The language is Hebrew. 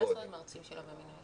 מה זאת אומרת מרצים שלא במינוי?